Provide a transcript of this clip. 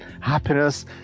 happiness